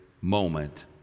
moment